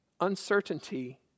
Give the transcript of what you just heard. uncertainty